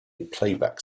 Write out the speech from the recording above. playback